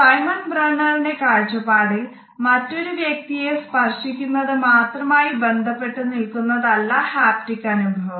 Simon ബ്രണ്ണറിന്റെ കാഴ്ചപ്പാടിൽ മറ്റൊരു വ്യക്തിയെ സ്പർശിക്കുന്നത് മാത്രമായി ബന്ധപ്പെട്ട് നിൽക്കുന്നതല്ല ഹാപ്റ്റിക് അനുഭവം